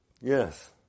yes